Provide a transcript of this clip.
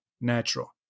natural